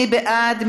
מי בעד?